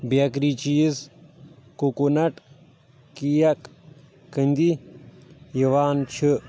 bakery چیٖز coconut cake کنٛدی یِوان چھ